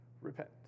repent